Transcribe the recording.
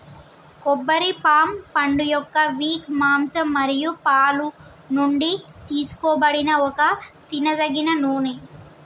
కొబ్బరి పామ్ పండుయొక్క విక్, మాంసం మరియు పాలు నుండి తీసుకోబడిన ఒక తినదగిన నూనె